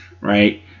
Right